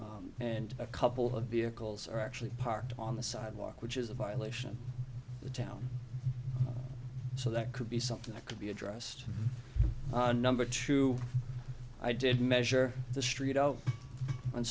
street and a couple of vehicles are actually parked on the sidewalk which is a violation of the town so that could be something that could be addressed number two i did measure the street out on